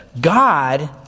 God